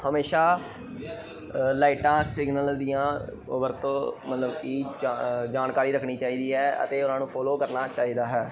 ਹਮੇਸ਼ਾਂ ਲਾਈਟਾਂ ਸਿਗਨਲ ਦੀਆਂ ਵਰਤੋਂ ਮਤਲਬ ਕਿ ਜਾ ਜਾਣਕਾਰੀ ਰੱਖਣੀ ਚਾਹੀਦੀ ਹੈ ਅਤੇ ਉਹਨਾਂ ਨੂੰ ਫੋਲੋ ਕਰਨਾ ਚਾਹੀਦਾ ਹੈ